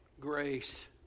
Grace